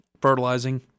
fertilizing